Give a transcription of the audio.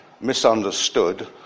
misunderstood